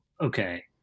okay